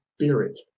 Spirit